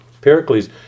Pericles